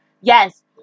Yes